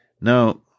Now